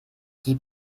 die